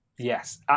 Yes